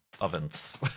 ovens